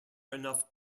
enough